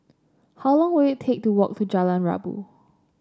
how long will it take to walk to Jalan Rabu